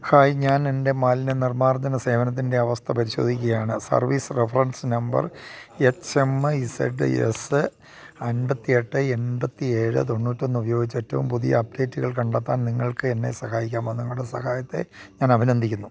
hi ഞാൻ എൻ്റെ മാലിന്യ നിർമാർജന സേവനത്തിൻ്റെ അവസ്ഥ പരിശോധിക്കുകയാണ് service reference number H M I Z S അൻപത്തി എട്ട് എൺപത്തി ഏഴ് തൊണ്ണൂറ്റി ഒന്ന് ഉപയോഗിച്ചു ഏറ്റവും പുതിയ അപ്ഡേറ്റുകൾ കണ്ടെത്താൻ നിങ്ങൾക്ക് എന്നെ സഹായിക്കാമോ നിങ്ങളുടെ സഹായത്തെ ഞാൻ അഭിനന്ദിക്കുന്നു